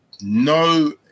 no